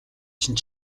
чинь